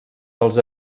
dels